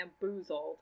bamboozled